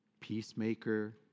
Peacemaker